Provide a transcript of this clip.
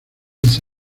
east